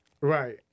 Right